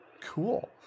Cool